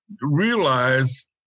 realize